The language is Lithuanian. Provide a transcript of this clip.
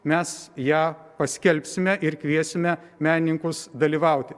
mes ją paskelbsime ir kviesime menininkus dalyvauti